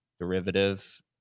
derivative